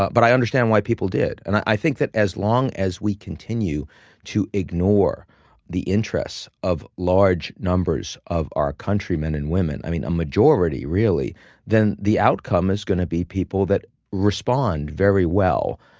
but but i understand why people did. and i think that as long as we continue to ignore the interests of large numbers of our countrymen and women i mean a majority, really then the outcome is going to be people that respond very well.